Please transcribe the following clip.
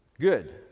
good